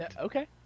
Okay